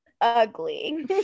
ugly